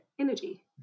energy